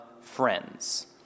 friends